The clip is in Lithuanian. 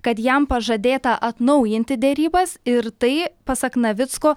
kad jam pažadėta atnaujinti derybas ir tai pasak navicko